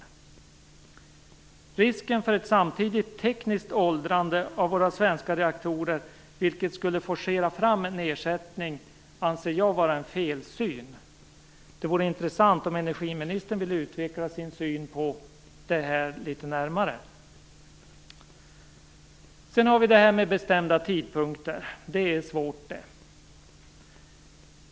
Att det skulle finnas en risk för ett samtidigt tekniskt åldrande av våra svenska reaktorer, vilket skulle forcera fram en ersättning, anser jag vara en felsyn. Det vore intressant om energiministern ville utveckla sin syn på det här litet närmare. Sedan har vi det här med bestämda tidpunkter. Det är svårt, det.